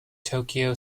tokyo